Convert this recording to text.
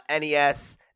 NES